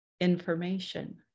information